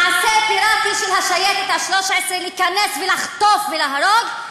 מעשה פיראטי של שייטת 13 להיכנס ולחטוף ולהרוג,